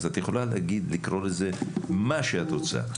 אז את יכולה להגיד ולקרוא לזה מה שאת רוצה.